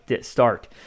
start